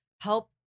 help